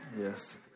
Yes